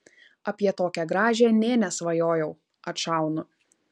apie tokią gražią nė nesvajojau atšaunu